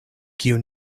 kiu